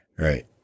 Right